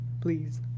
please